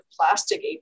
plastic